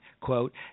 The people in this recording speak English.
quote